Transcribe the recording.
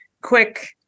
quick